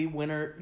winner